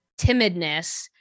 timidness